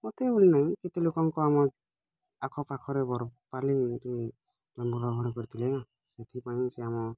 ମୋତେ ବୋଲି ନାଇ କେତେ ଲୋକଙ୍କ ଆମ ଆଖ ପାଖରେ ବରପାଲିରେ ଜନ୍ମ ଗ୍ରହଣ କରିଥିଲେ ନା ସେଥିପାଇଁ ସେ ଆମ